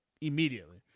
Immediately